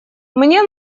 мне